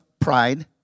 pride